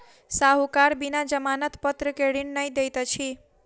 साहूकार बिना जमानत पत्र के ऋण नै दैत अछि